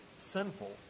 sinful